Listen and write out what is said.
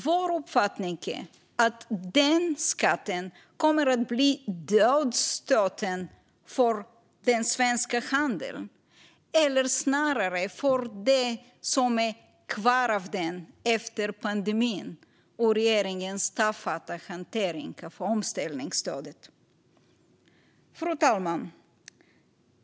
Vår uppfattning är att den skatten kommer att bli dödsstöten för den svenska handeln eller snarare för det som är kvar av den efter pandemin och regeringens tafatta hantering av omställningsstödet. Fru talman!